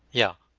yeah.